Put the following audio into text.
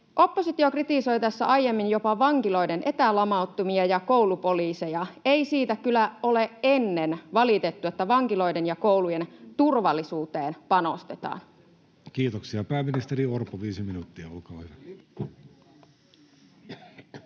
Oppositio kritisoi tässä aiemmin jopa vankiloiden etälamauttimia ja koulupoliiseja. Ei siitä kyllä ole ennen valitettu, että vankiloiden ja koulujen turvallisuuteen panostetaan. Kiitoksia. — Pääministeri Orpo, viisi minuuttia,